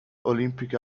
olympic